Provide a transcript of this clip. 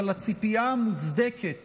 אבל הציפייה המוצדקת